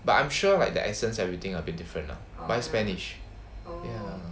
but I'm sure like the accents everything are a bit different lah but it's spanish ya